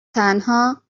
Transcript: تنها